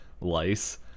lice